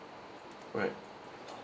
right